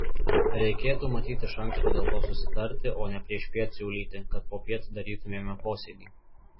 reikėtų matyt iš anksto dėl to susitarti o ne priešpiet siūlyti kad popiet darytumėme posėdį